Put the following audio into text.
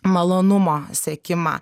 malonumo siekimą